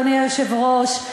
אדוני היושב-ראש,